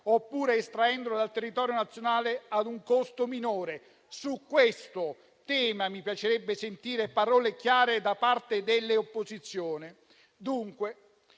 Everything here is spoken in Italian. oppure estraendolo dal territorio nazionale a un costo minore. Su questo tema mi piacerebbe sentire parole chiare da parte delle opposizioni.